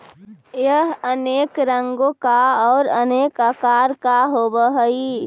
यह अनेक रंगों का और अनेक आकार का होव हई